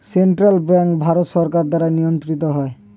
central bank Bharat সরকার দ্বারা নিয়ন্ত্রিত হয়